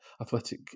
athletic